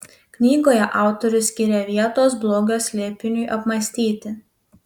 knygoje autorius skiria vietos blogio slėpiniui apmąstyti